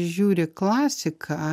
žiūri klasiką